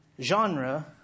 genre